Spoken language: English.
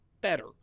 better